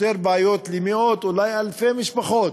פותר בעיות למאות, אולי אלפי משפחות,